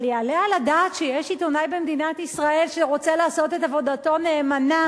אבל יעלה על הדעת שיש עיתונאי במדינת ישראל שרוצה לעשות את עבודתו נאמנה